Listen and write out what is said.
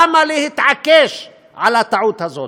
למה להתעקש על הטעות הזאת?